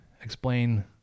explain